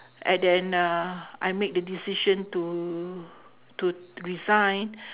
and then uh I make the decision to to resign